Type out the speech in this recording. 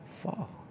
fall